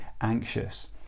anxious